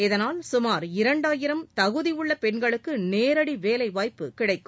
இதனால் சுமார் இரண்டாயிரம் தகுதியுள்ள பெண்களுக்கு நேரடி வேலைவாய்ப்பு கிடைக்கும்